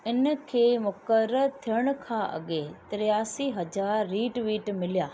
इन खे मुक़ररु थियण खां अगे॒ टियासी हज़ार रीट्वीट मिलिया